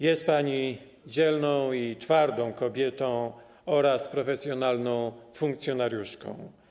Jest pani dzielną i twardą kobietą oraz profesjonalną funkcjonariuszką.